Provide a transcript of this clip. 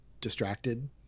distracted